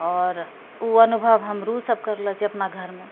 आओर ओ अनुभव हमरोसब करलऽ छिए अपना घरमे